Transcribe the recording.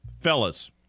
Fellas